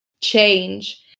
change